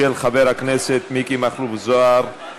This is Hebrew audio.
של חבר הכנסת מכלוף מיקי זוהר,